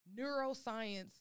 neuroscience